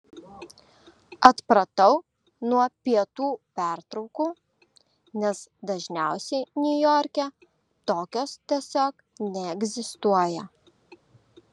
atpratau nuo pietų pertraukų nes dažniausiai niujorke tokios tiesiog neegzistuoja